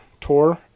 tour